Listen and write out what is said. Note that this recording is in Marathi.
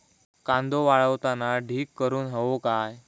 कांदो वाळवताना ढीग करून हवो काय?